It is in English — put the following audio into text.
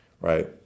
right